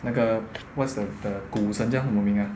那个 what's the the 股神叫什么名 ah